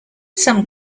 some